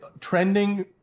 trending